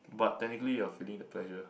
but technically you are feeling the pleasure